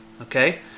okay